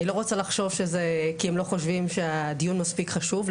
אני לא רוצה לחשוב כי הם לא חושבים שהדיון מספיק חשוב.